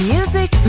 Music